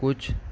کچھ